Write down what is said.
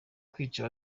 kwica